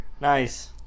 Nice